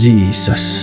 Jesus